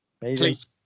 Please